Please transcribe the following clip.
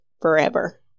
forever